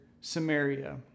Samaria